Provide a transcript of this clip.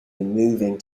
moving